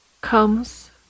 comes